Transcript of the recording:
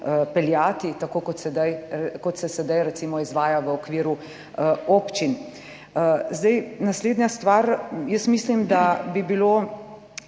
sedaj, kot se sedaj recimo izvaja v okviru občin. Zdaj, naslednja stvar. Jaz mislim, da bi bilo